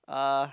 uh